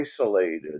isolated